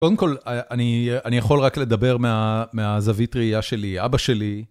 קודם כל, אני יכול רק לדבר מה.. מהזווית ראייה שלי, אבא שלי.